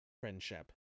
Friendship